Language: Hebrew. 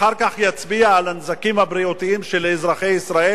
אחר כך יצביע על הנזקים הבריאותיים של אזרחי ישראל?